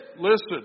listen